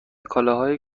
کالاهایی